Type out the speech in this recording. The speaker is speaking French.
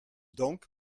donc